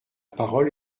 parole